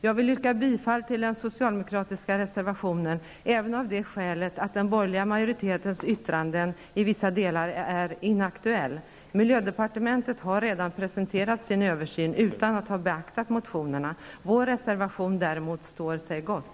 Jag yrkar bifall till den socialdemokratiska reservationen även av det skälet att den borgerliga majoritetens yttrande i vissa delar är inaktuell. Miljödepartementet har redan presenterat sin översyn utan att ha beaktat motionerna. Vår reservation däremot står sig gott.